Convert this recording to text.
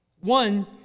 One